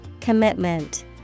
Commitment